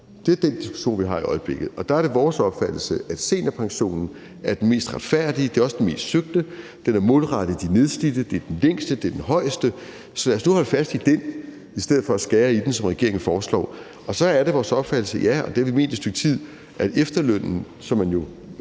Det er den diskussion, vi har i øjeblikket. Og der er det vores opfattelse, at seniorpensionen er den mest retfærdige, og det er også den mest søgte. Den er målrettet de nedslidte. Det er den længste, og det er den højeste, så lad os nu holde fast i den i stedet for at skære i den, som regeringen foreslår. Og så er det vores opfattelse – og ja, det har vi ment i et stykke tid – at efterlønnen, som man jo